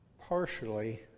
partially